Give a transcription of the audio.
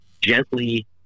gently